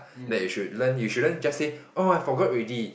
that you should learn you shouldn't just say oh I forgot already